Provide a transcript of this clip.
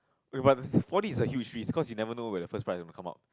wait but four D is the huge risk cause you never know whether first prize ever come out